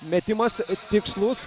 metimas tikslus